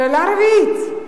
שאלה רביעית: